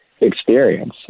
experience